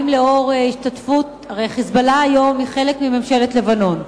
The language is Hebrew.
הרי ה"חיזבאללה" היום הוא חלק מממשלת לבנון.